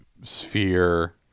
sphere